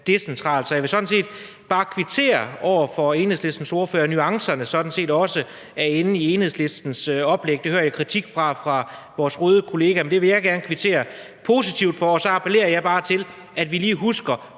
Så jeg vil sådan set bare kvittere for over for Enhedslistens ordfører, at nuancerne sådan set også er der i Enhedslistens oplæg. Det hører jeg kritik af fra vores gode kollega, men det vil jeg gerne kvittere positivt for. Og så appellerer jeg bare til, at vi lige husker